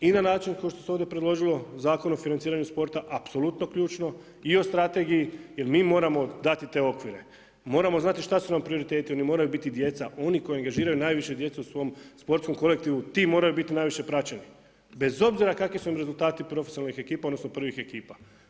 I na način kako se ovdje predložilo Zakon o financiranju sporta, apsolutno ključno, i o strategiji jer mi moramo dati te okvire, moramo znati šta su nam prioriteti oni moraju biti djeca, oni koji angažiraju djecu najviše u svom sportskom kolektivu ti moraju biti najviše praćeni, bez obzira kakvi su im rezultati profesionalnih ekipa odnosno, prvih ekipa.